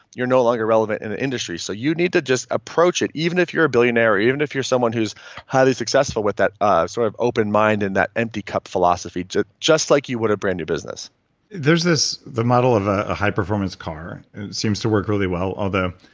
you're no longer relevant in the industry. so you need to just approach it, even if you're a billionaire or even if you're someone who's highly successful, with that ah sort of open mind in that empty cup philosophy just just like you would a brand new business there's this, the model of ah a high performance car. it seems to work really well although,